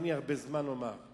אין לי הרבה זמן לומר,